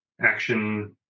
action